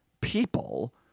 people